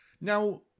Now